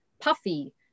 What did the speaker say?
puffy